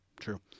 true